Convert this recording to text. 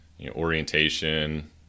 Orientation